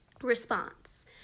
response